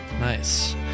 Nice